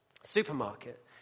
supermarket